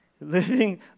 living